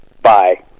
Bye